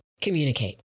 Communicate